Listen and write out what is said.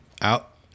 Out